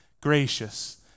gracious